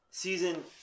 Season